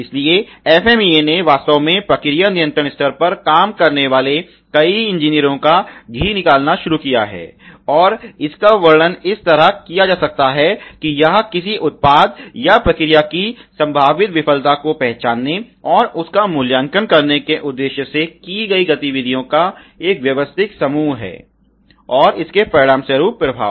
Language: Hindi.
इसलिए FMEA ने वास्तव में प्रक्रिया नियंत्रण स्तर पर काम करने वाले कई इंजीनियरों का घी निकालना शुरू किया है और इसका वर्णन इस तरह किया जा सकता है कि यह किसी उत्पाद या प्रक्रिया की संभावित विफलता को पहचानने और उसका मूल्यांकन करने के उद्देश्य से की गयी गतिविधियों का एक व्यवस्थित समूह है और इसके परिणामस्वरूप प्रभाव